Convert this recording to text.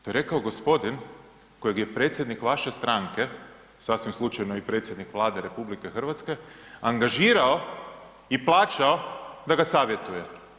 To je rekao g. kojeg je predsjednik vaše stranke, sasvim slučajno i predsjednik Vlade RH angažirao i plaćao da ga savjetuje.